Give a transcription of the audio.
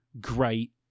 great